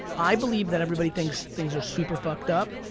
i believe that everybody thinks things are super fucked up,